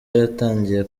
yaratangiye